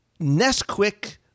Nesquik